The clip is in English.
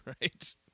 Right